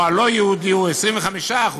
והלא-יהודי הוא 25%,